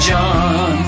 John